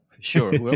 Sure